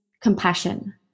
compassion